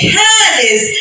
kindness